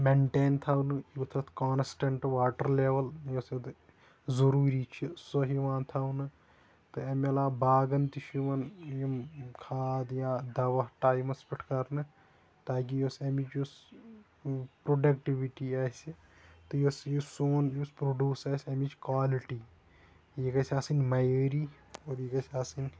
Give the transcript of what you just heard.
maintain تھاونہٕ یُتھ اَتھ کانِسٹنٛٹ واٹَر لیٚوَل یۄس اَتھ ضروٗری چھِ سۄ یِوان تھاونہِ تہِ امہ علاوٕ باغَن تہٕ چھُ یِوان یِمہ کھاد یا دَواہ ٹایمَس پٮ۪ٹھ کَرنہٕ تاکہ یۄس امِچ یۄس پروڈیٚکٹِوِٹی آسہِ تہٕ یۄس یُس سونۍ یُس پرٛڈوٗس آسہ أمِچ کالِٹی یہِ گَژھِ آسٕنۍ مَیٲرِی اور یہِ گَژھِ آسٕنۍ